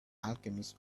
alchemist